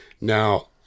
Now